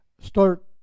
start